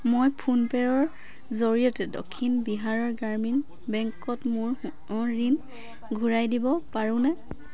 মই ফোনপে'ৰ জৰিয়তে দক্ষিণ বিহাৰৰ গ্ৰামীণ বেংকত মোৰ সোণৰ ঋণ ঘূৰাই দিব পাৰোঁনে